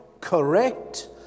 correct